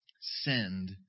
Send